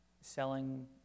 selling